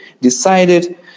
decided